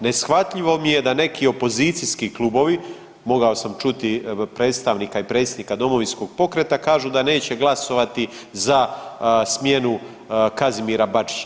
Neshvatljivo mi je da neki opozicijski klubovi, mogao sam čuti predstavnika i predsjednika Domovinskog pokreta kažu da neće glasovati za smjenu Kazimira Bačića.